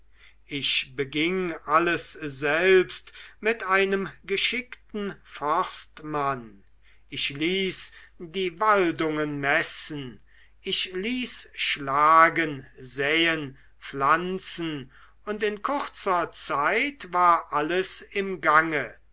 ich beging alles selbst mit einem geschickten forstmann ich ließ die waldungen messen ich ließ schlagen säen pflanzen und in kurzer zeit war alles im gange